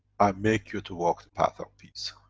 i make you to walk the path of peace.